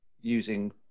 using